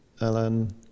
Alan